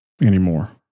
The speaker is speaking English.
anymore